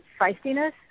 feistiness